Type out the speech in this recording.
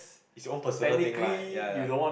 is your own personal thing lah ya